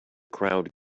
crowd